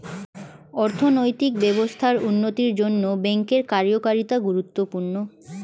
অর্থনৈতিক ব্যবস্থার উন্নতির জন্যে ব্যাঙ্কের কার্যকারিতা গুরুত্বপূর্ণ